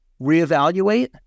reevaluate